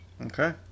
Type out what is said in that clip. Okay